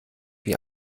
wie